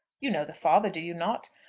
you know the father do you not?